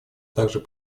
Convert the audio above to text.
также